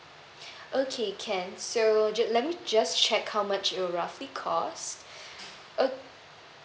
okay can so ju~ let me just check how much it will roughly cost ok~